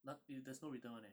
noth~ there's no return [one] leh